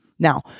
Now